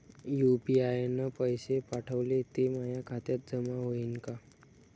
UPI न पैसे पाठवले, ते माया खात्यात जमा होईन का?